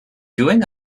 doing